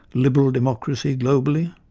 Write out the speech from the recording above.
liberal democracy globally?